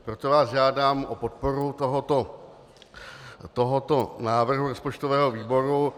Proto vás žádám o podporu tohoto návrhu rozpočtového výboru.